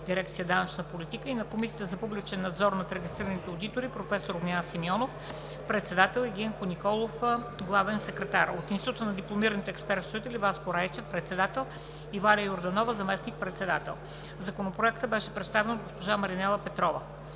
дирекция „Данъчна политика“; на Комисията за публичен надзор над регистрираните одитори: професор Огнян Симеонов – председател, и Генко Николов – главен секретар; на Института на дипломираните експерт счетоводители: Васко Райчев – председател, и Валя Йорданова – заместник-председател. Законопроектът беше представен от госпожа Маринела Петрова.